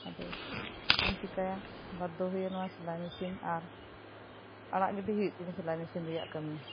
ᱟᱫᱚ ᱪᱮᱫ ᱤᱧ ᱪᱮᱠᱟᱭᱟ ᱵᱟᱫᱷᱚ ᱦᱚᱭᱮ ᱱᱤᱭᱟᱹ ᱥᱮᱞᱟᱭ ᱢᱮᱥᱤᱱ ᱟᱨ ᱟᱲᱟᱜ ᱜᱤᱰᱤ ᱦᱩᱭᱩᱜ ᱛᱤᱧᱟᱹ ᱥᱮᱞᱟᱭ ᱢᱮᱥᱤᱱ ᱨᱮᱭᱟᱜ ᱠᱟᱹᱢᱤ